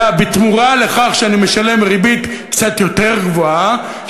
אלא בתמורה לכך שאני משלם ריבית קצת יותר גבוהה,